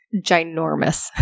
ginormous